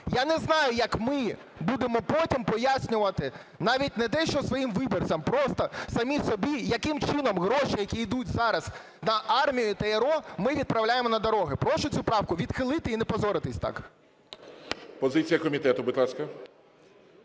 Я не знаю, як ми будемо потім пояснювати навіть не те, що своїм виборцям, просто самі собі, яким чином гроші, які йдуть зараз на армію і ТрО, ми відправляємо на дороги. Прошу цю правку відхилити і не позоритись так. ГОЛОВУЮЧИЙ. Позиція комітету, будь ласка.